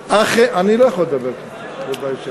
אני לא יכול לדבר ככה, כבוד היושב-ראש.